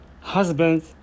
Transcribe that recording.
husband